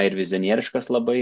ir vizionieriškas labai